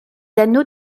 anneaux